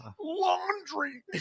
laundry